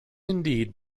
indeed